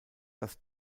das